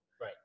Right